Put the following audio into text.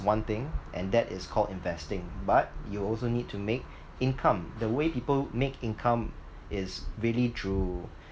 one thing and that is called investing but you also need to make income the way people make income is really through